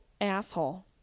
asshole